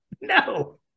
No